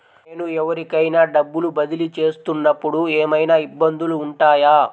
నేను ఎవరికైనా డబ్బులు బదిలీ చేస్తునపుడు ఏమయినా ఇబ్బందులు వుంటాయా?